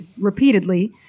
repeatedly